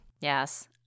Yes